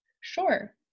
Sure